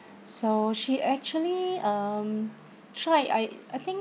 so she actually um tried I I think